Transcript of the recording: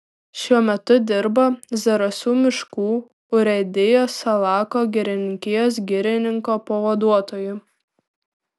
šiuo metu dirba zarasų miškų urėdijos salako girininkijos girininko pavaduotoju